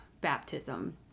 baptism